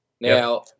now